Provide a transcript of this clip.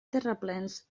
terraplens